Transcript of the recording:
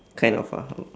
kind of a